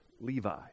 Levi